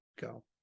go